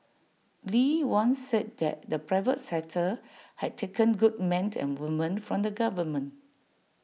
lee once said that the private sector had taken good men and women from the government